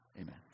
Amen